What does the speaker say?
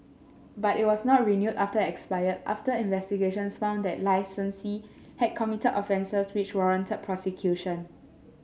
but it was not renewed after it expired after investigations found that the licensee had committed offences which warranted prosecution